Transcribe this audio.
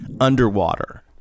underwater